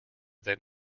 than